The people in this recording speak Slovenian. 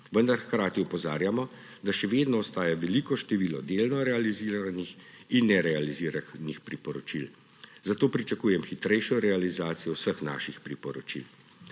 vendar hkrati opozarjamo, da še vedno ostaja veliko število delno realiziranih in nerealiziranih priporočil. Zato pričakujem hitrejšo realizacijo vseh naših priporočil.